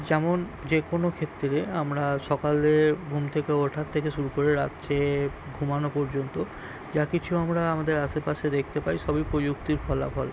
যেমন যে কোনো ক্ষেত্রে আমরা সকালে ঘুম থেকে ওঠার থেকে শুরু করে রাত্রে ঘুমানো পর্যন্ত যা কিছু আমরা আমাদের আশেপাশে দেখতে পাই সবই প্রযুক্তির ফলাফল